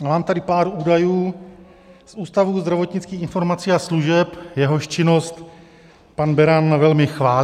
Mám tady pár údajů z Ústavu zdravotnických informací a služeb, jehož činnost pan Beran velmi chválil.